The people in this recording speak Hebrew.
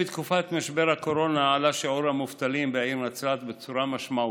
בתקופת משבר הקורונה עלה שיעור המובטלים בעיר נצרת בצורה משמעותית,